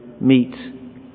meet